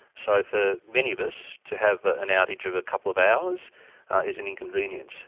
so for many of us, to have an outage of a couple of hours is an inconvenience.